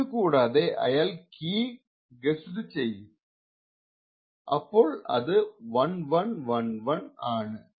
ഇതുകൂടാതെ അയാൾ key guess ചെയ്യും ഇപ്പോൾ അത് 1111 ആണ്